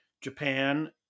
Japan